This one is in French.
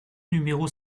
numéro